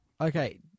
Okay